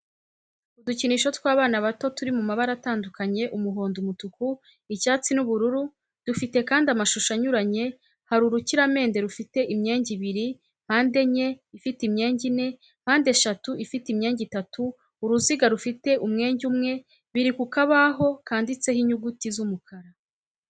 Udukinisho tw'abana bato turi mu mabara atandukanye umuhondo, umutuku, icyatsi, n'ubururu dufite kandi amashusho anyuranye hari urukiramende rufite imyenge ibiri, mpandenye ifite imyenge ine, mpandeshatu ifite imyenge itatu, uruziga rufite umwenge umwe, biri ku kabaho kanditseho inyuguti z'umukara.